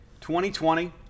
2020